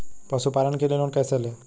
पशुपालन के लिए लोन कैसे लें?